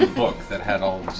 book that had all